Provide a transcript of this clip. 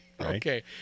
Okay